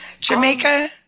Jamaica